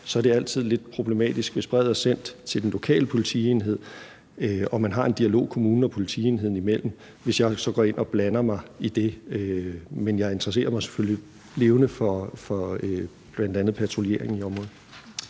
er det altid lidt problematisk, hvis brevet er sendt til den lokale politienhed og man har en dialog kommunen og politienheden imellem, hvis jeg så går ind og blander mig i det, men jeg interesserer mig selvfølgelig levende for bl.a. patruljeringen i området.